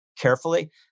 carefully